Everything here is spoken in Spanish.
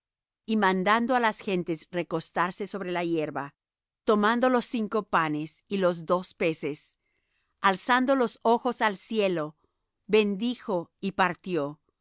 y mandando á las gentes recostarse sobre la hierba tomando los cinco panes y los dos peces alzando los ojos al cielo bendijo y partió